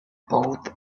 both